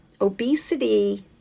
obesity